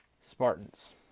Spartans